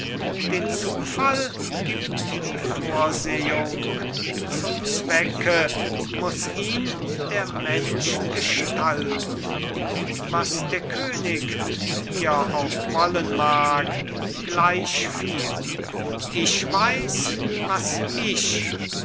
den zufall gibt die vorsehung zum zwecke muß ihn der mensch gestalten was der könig mit mir auch wollen mag gleichviel ich weiß was ich